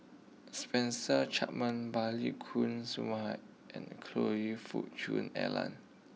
Spencer Chapman Balli Kaur Jaswal and Choe Fook Cheong Alan